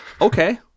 Okay